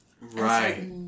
Right